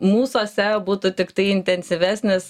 mūsuose būtų tiktai intensyvesnis